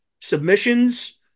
submissions